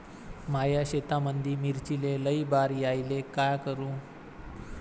माया शेतामंदी मिर्चीले लई बार यायले का करू?